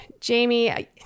Jamie